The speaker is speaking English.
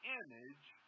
image